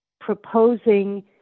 proposing